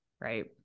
right